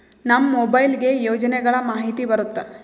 ನಮ್ ಮೊಬೈಲ್ ಗೆ ಯೋಜನೆ ಗಳಮಾಹಿತಿ ಬರುತ್ತ?